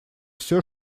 все